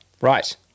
Right